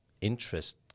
interest